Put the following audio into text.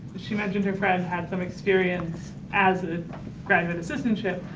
she mentioned her friend had some experience as a graduate assistantship,